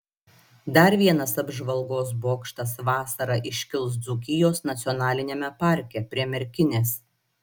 dar vienas apžvalgos bokštas vasarą iškils dzūkijos nacionaliniame parke prie merkinės